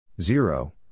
Zero